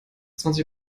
zwanzig